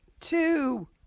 two